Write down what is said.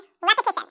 repetition